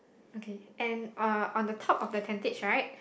okay and uh on the top of the tentage right